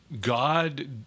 God